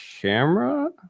camera